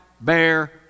bear